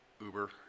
Uber